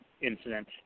incident